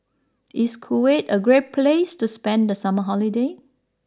is Kuwait a great place to spend the summer holiday